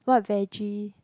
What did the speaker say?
what vege